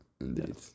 indeed